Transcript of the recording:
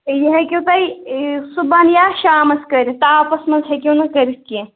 یہِ ہیٚکِو تُہۍ صُبحن یا شامس کٔرِتھ تاپَس منٛز ہیٚکِو نہٕ کٔرتھ کیٚنٛہہ